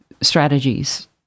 strategies